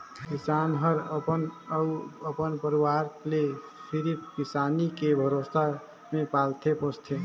किसान हर अपन अउ अपन परवार ले सिरिफ किसानी के भरोसा मे पालथे पोसथे